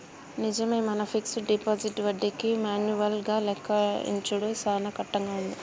నిజమే మన fixed deposit వడ్డీకి మాన్యువల్ గా లెక్కించుడు సాన కట్టంగా ఉంది